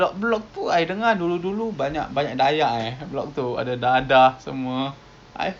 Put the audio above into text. I I curious lah macam you know this kind of at risk areas what are the demographic of the people